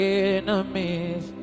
enemies